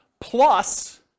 plus